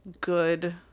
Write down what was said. good